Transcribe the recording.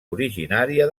originària